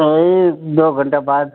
नहीं दो घंटे बाद